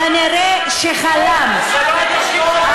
כנראה חלם.